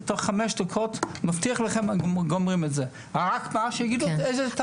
תוך חמש דקות מסיימים את זה אבל תאמרו לנו באיזה תתי סעיפים מדובר.